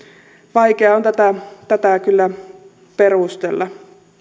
vaikea on tätä tätä kyllä perustella